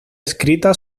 escrita